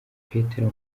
petero